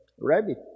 rabbit